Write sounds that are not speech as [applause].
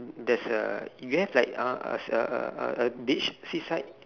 there's a you have a uh uh [noise] uh uh beach seaside